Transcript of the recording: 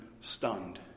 stunned